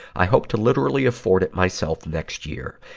i hope to literally afford it myself next year.